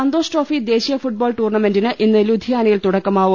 സന്തോഷ്ട്രോഫി ദേശീയ ഫുട്ബോൾ ടൂർണ്ണ മെന്റിന് ഇന്ന് ലുധിയാനയിൽ തുടക്കമാവും